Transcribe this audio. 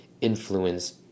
influence